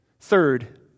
Third